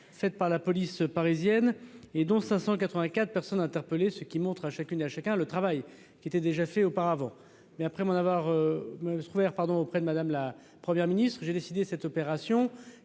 faites par la police parisienne et dont 584 personnes interpellées ce qui montre à chacune et à chacun le travail qui était déjà fait auparavant, mais après m'en avoir couvert pardon auprès de Madame la première ministre, j'ai décidé cette opération